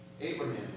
Abraham